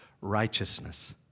Righteousness